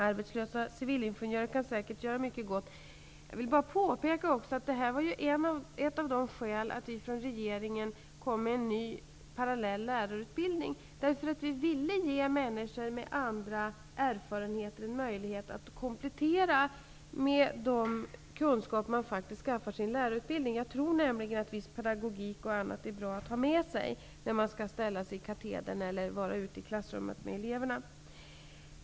Arbetslösa civilingenjörer kan säkert göra mycket gott. Jag vill bara påpeka att ett av de skäl till att vi i regeringen lade fram ett förslag om ny parallell lärarutbildning var att vi ville ge människor med andra erfarenheter möjlighet till att komplettera sin utbildning med de kunskaper som man faktiskt får i en lärarutbildning. Jag tror nämligen att viss pedagogik och annat är bra att ha när man står i katedern med elever i klassrummet.